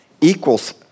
equals